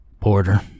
Porter